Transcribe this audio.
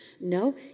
No